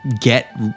get